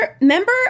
remember